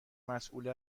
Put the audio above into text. مسئول